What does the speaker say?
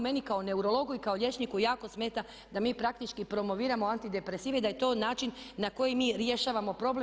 Meni kao neurologu i kao liječniku jako smeta da mi praktički promoviramo antidepresive i da je to način na koji mi rješavamo problem.